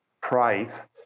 price